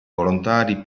volontari